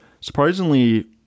surprisingly